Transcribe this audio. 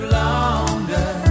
longer